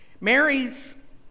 Mary's